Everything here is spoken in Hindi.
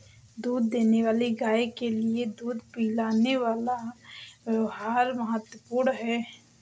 दूध देने वाली गाय के लिए दूध पिलाने का व्यव्हार महत्वपूर्ण है